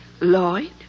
Lloyd